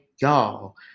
y'all